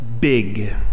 big